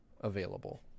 available